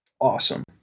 Awesome